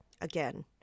again